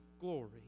glory